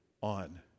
on